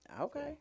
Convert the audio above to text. Okay